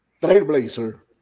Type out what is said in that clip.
trailblazer